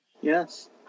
Yes